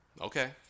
Okay